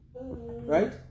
right